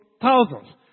Thousands